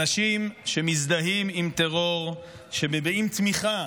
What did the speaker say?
אנשים שמזדהים עם טרור, שמביעים תמיכה